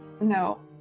no